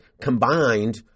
combined